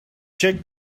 check